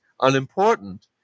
unimportant